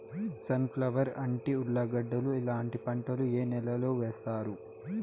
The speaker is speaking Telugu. సన్ ఫ్లవర్, అంటి, ఉర్లగడ్డలు ఇలాంటి పంటలు ఏ నెలలో వేస్తారు?